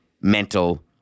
mental